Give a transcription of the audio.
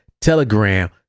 Telegram